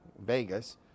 Vegas